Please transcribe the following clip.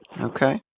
Okay